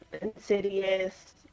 insidious